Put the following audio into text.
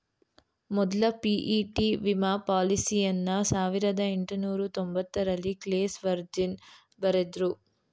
ಮೊದ್ಲ ಪಿ.ಇ.ಟಿ ವಿಮಾ ಪಾಲಿಸಿಯನ್ನ ಸಾವಿರದ ಎಂಟುನೂರ ತೊಂಬತ್ತರಲ್ಲಿ ಕ್ಲೇಸ್ ವರ್ಜಿನ್ ಬರೆದ್ರು